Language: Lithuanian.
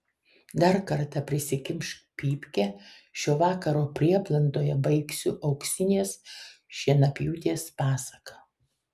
dar kartą prisikimšk pypkę šio vakaro prieblandoje baigsiu auksinės šienapjūtės pasaką